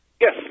yes